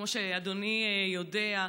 כמו שאדוני יודע,